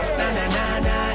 na-na-na-na